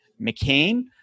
McCain